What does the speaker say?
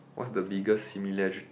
what's the biggest similar~